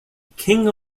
king